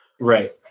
Right